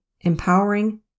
Empowering